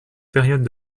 période